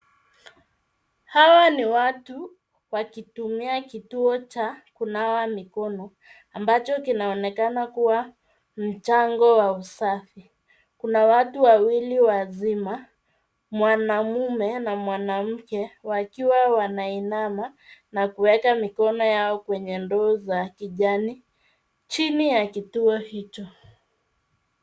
Hawa ni watu wakitumia kituo cha kunawa mikono ambacho kinaonekana kuwa mchango wa usafi. Kuna watu wawili wazima, mwanamume na mwanamke wakiwa wanainama na kuweka mikono yao kwenye ndoo za kijani chini ya kituo hicho.